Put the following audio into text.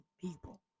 people